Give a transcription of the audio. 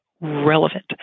relevant